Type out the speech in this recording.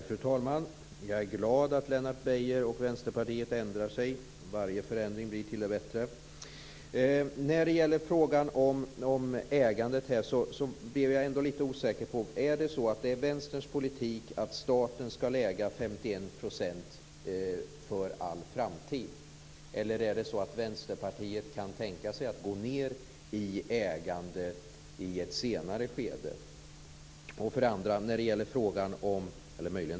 Fru talman! Jag är glad att Lennart Beijer och Vänsterpartiet ändrar sig. Varje förändring blir till det bättre. När det gäller frågan om ägandet blev jag ändå lite osäker. Är det så att det är Vänsterns politik att staten ska äga 51 % för all framtid, eller är det så att Vänsterpartiet kan tänka sig att gå ned i ägande i ett senare skede?